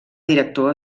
director